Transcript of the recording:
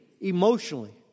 emotionally